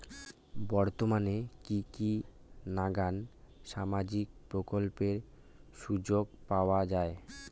বর্তমানে কি কি নাখান সামাজিক প্রকল্পের সুযোগ পাওয়া যায়?